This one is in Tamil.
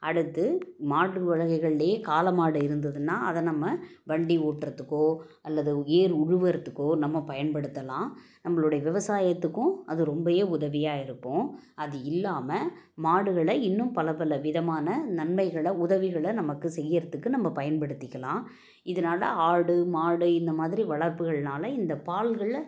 அடுத்து மாடு வகைகள்லே காளை மாடு இருந்ததுன்னா அதை நம்ம வண்டி ஓட்டுறதுக்கோ அல்லது ஏர் உழுவுறதுக்கோ நம்ம பயன்படுத்தலாம் நம்பளோட விவசாயத்துக்கும் அது ரொம்பயே உதவியாக இருக்கும் அது இல்லாமல் மாடுகளை இன்னும் பல பல விதமான நன்மைகளை உதவிகளை நமக்கு செய்யறதுக்கு நம்ப பயன்படுத்திக்கலாம் இதனால் ஆடு மாடு இந்த மாதிரி வளர்ப்புகள்னால இந்த பால்களில்